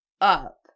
up